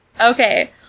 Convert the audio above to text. Okay